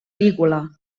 lígula